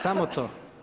Samo to.